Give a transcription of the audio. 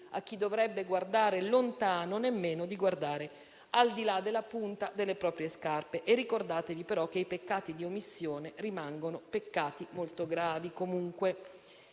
a chi dovrebbe guardare lontano nemmeno di guardare al di là della punta delle proprie scarpe. Ricordatevi però che i peccati di omissione rimangono molto gravi.